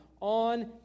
on